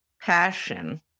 passion